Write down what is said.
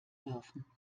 dürfen